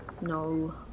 No